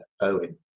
Owen